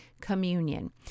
communion